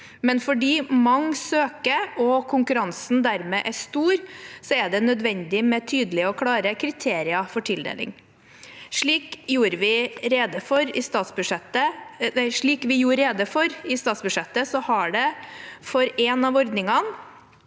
men fordi mange søker og konkurransen dermed er stor, er det nødvendig med tydelige og klare kriterier for tildeling. Slik vi gjorde rede for i statsbudsjettet, har det for en av ordningene,